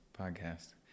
podcast